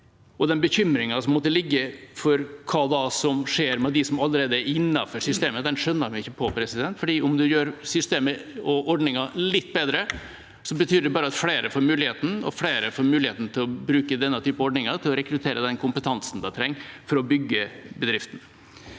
Den bekymringen som måtte ligge for hva som da skjer med dem som allerede er innenfor systemet, den skjønner jeg meg ikke på, for om det gjør systemet og ordningen litt bedre, betyr det bare at flere får muligheten, og at flere får muligheten til å bruke denne type ordninger til å rekruttere den kompetansen de trenger for å bygge bedriften.